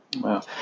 Wow